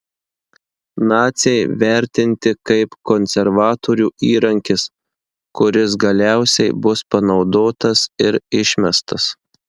naciai vertinti kaip konservatorių įrankis kuris galiausiai bus panaudotas ir išmestas